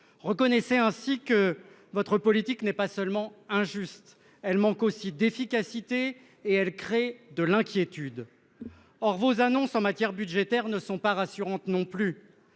reconnaissait ainsi que votre politique n'est pas seulement injuste elle manque aussi d'efficacité et elle crée de l'inquiétude. Or vos annonces en matière budgétaire ne sont pas rassurantes non plus